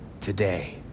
today